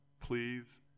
please